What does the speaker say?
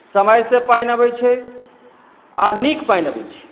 समयसँ पानि अबै छै आ नीक पानि अबै छै